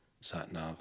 sat-nav